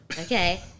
Okay